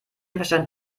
verstand